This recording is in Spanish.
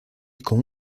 con